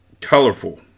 Colorful